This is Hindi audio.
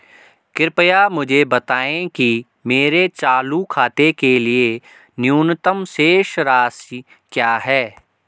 कृपया मुझे बताएं कि मेरे चालू खाते के लिए न्यूनतम शेष राशि क्या है?